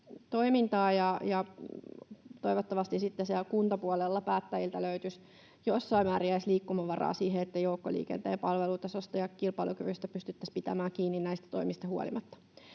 sitten siellä kuntapuolella päättäjiltä löytyisi edes jossain määrin liikkumavaraa, että joukkoliikenteen palvelutasosta ja kilpailukyvystä pystyttäisiin pitämään kiinni näistä toimista huolimatta.